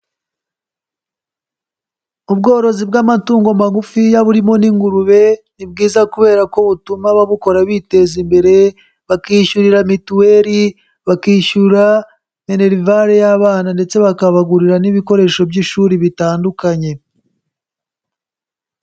Ubworozi bw'amatungo magufiya burimo n'ingurube, ni bwiza kubera ko butuma ababukora biteza imbere, bakiyishyurira mituweri, bakishyura minerivari y'abana ndetse bakabagurira n'ibikoresho by'ishuri bitandukanye.